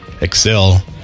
excel